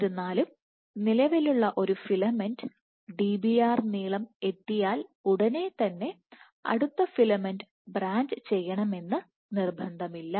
എന്നിരുന്നാലും നിലവിലുള്ള ഒരു ഫിലമെന്റ് Dbr നീളം എത്തിയാൽ ഉടനെ തന്നെ അടുത്ത ഫിലമെന്റ് ബ്രാഞ്ച് ചെയ്യണമെന്ന് നിർബന്ധമില്ല